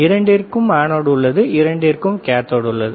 இரண்டிற்கும் அனோட் உள்ளது இரண்டிற்கும் கேத்தோடு உள்ளது